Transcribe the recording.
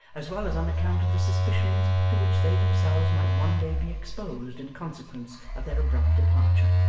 as well as on account of the suspicions to which they themselves might one day be exposed in consequence of their abrupt departure.